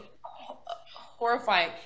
horrifying